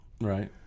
right